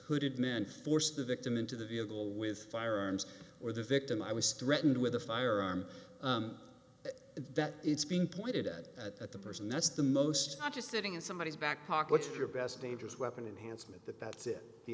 who did man force the victim into the vehicle with firearms or the victim i was threatened with a firearm that it's being pointed at the person that's the most not just sitting in somebody's back pocket your best dangerous weapon enhanced that that's it the